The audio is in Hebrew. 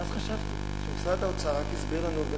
ואז חשבתי שמשרד האוצר הסביר לנו רק